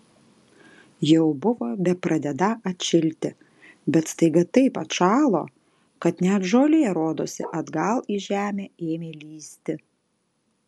jau buvo bepradedą atšilti bet staiga taip atšalo kad net žolė rodosi atgal į žemę ėmė lįsti